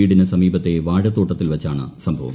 വീടിന് സമീപത്തെ വാഴത്തോട്ടത്തിൽ വെച്ചാണ് സംഭവം